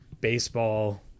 baseball